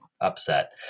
upset